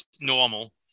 normal